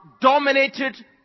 dominated